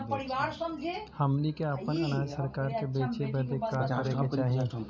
हमनी के आपन अनाज सरकार के बेचे बदे का करे के चाही?